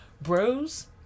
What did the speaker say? Bros